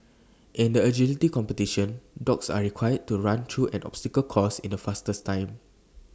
in the agility competition dogs are required to run through an obstacle course in the fastest time